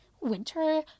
winter